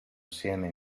assieme